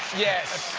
yes,